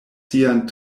sian